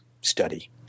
study